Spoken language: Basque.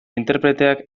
interpreteak